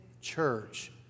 church